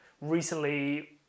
recently